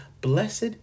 blessed